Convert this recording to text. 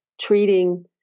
treating